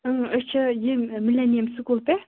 اۭں أس چھِ ییٚم مِلینِیم سکوٗل پٮ۪ٹھ